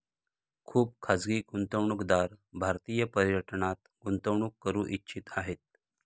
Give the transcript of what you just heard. खुप खाजगी गुंतवणूकदार भारतीय पर्यटनात गुंतवणूक करू इच्छित आहे